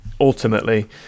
ultimately